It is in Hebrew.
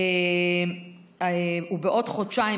בעוד חודשיים,